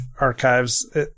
archives